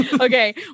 Okay